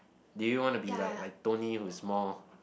do you want to be like like Tony who's more